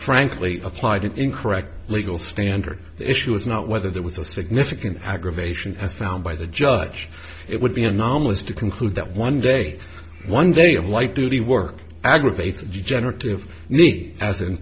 frankly applied an incorrect legal standard issue isn't whether there was a significant aggravation as found by the judge it would be anomalous to conclude that one day one day of light duty work aggravates degenerative knee as in